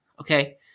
Okay